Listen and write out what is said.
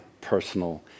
personal